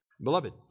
Beloved